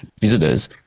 visitors